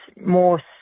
more